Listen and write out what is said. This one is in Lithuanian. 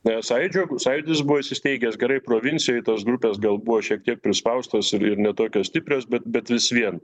nes sąjūdžio sąjūdis buvo įsisteigęs garai provincijoj tos grupės gal buvo šiek tiek prispaustos ir ne tokios stiprios bet bet vis vien